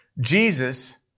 Jesus